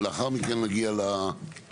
לאחר מכן נגיע לחלקים